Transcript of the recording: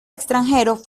extranjeros